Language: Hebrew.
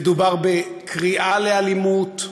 מדובר בקריאה לאלימות.